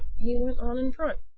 he went on in front.